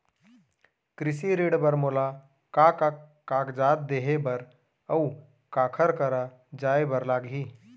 कृषि ऋण बर मोला का का कागजात देहे बर, अऊ काखर करा जाए बर लागही?